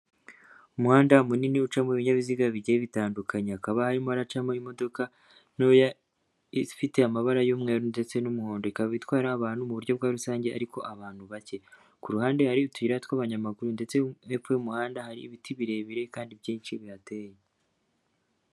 Umuhanda munini ucamo ibinyabiziga bigenda bitandukanye hakaba harimo haracamo imodoka ntoya ifite amabara y'umweru ndetse n'umuhondo, ikaba itwara abantu mu buryo bwa rusange ariko abantu bake, ku ruhande hari utura tw'abanyamaguru ndetse hepfo y'umuhanda hari ibiti birebire kandi byinshi bihateye.